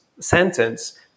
sentence